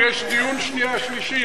יש דיון שנייה-שלישית.